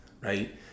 right